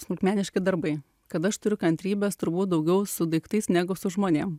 smulkmeniški darbai kad aš turiu kantrybės turbūt daugiau su daiktais negu su žmonėm